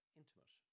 intimate